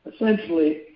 essentially